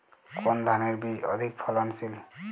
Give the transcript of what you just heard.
কোন ধানের বীজ অধিক ফলনশীল?